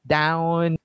down